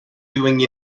doing